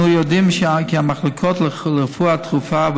אנו יודעים כי המחלקות לרפואה דחופה,